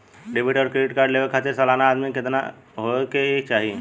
Debit और credit card लेवे के खातिर सलाना आमदनी कितना हो ये के चाही?